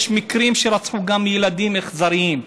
יש מקרים שרצחו גם ילדים באכזריות.